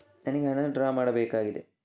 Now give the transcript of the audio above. ನನಿಗೆ ಹಣ ಡ್ರಾ ಮಾಡ್ಬೇಕಾಗಿದೆ